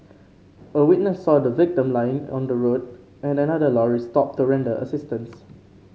a witness saw the victim lying on the road and another lorry stopped to render assistance